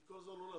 היא כל הזמן עולה.